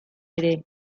ere